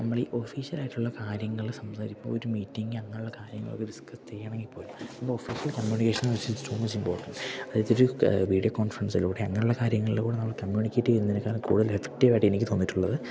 നമ്മളീ ഒഫീഷ്യലായിട്ടുള്ള കാര്യങ്ങള് സംസാരിക്കുമ്പോള് ഇപ്പോള് ഒരു മീറ്റിങ് അങ്ങനെയുള്ള കാര്യങ്ങളൊക്കെ ഡിസ്ക്കസ് ചെയ്യുകയാണെങ്കില്പ്പോലും നമ്മള് official communication which is too much important അതായതൊരു വീഡിയോ കോൺഫറൻസിലൂടെ അങ്ങനെയുള്ള കാര്യങ്ങളിലൂടെ നമ്മള് കമ്മ്യൂണിക്കേറ്റ് ചെയ്യുന്നതിനെക്കാൾ കൂടുതൽ എഫക്ടിവായിട്ട് എനിക്ക് തോന്നിയിട്ടുള്ളത്